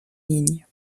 ligne